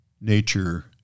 nature